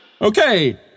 Okay